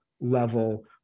level